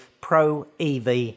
pro-EV